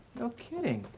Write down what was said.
no kidding.